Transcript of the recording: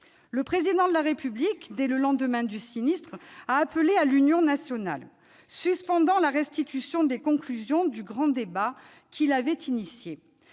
Le Président de la République, dès le lendemain du sinistre, a appelé à l'union nationale, suspendant la restitution des conclusions du grand débat qu'il avait lancé.